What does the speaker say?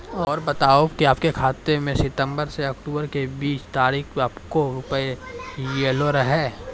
और बतायब के आपके खाते मे सितंबर से अक्टूबर के बीज ये तारीख के आपके के रुपिया येलो रहे?